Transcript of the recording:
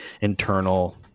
internal